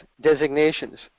designations